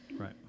Right